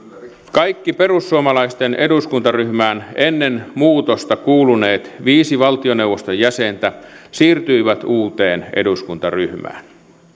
kaikki perussuomalaisten eduskuntaryhmään ennen muutosta kuuluneet viisi valtioneuvoston jäsentä siirtyivät uuteen eduskuntaryhmään